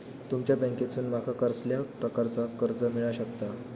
तुमच्या बँकेसून माका कसल्या प्रकारचा कर्ज मिला शकता?